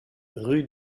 rue